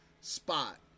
spot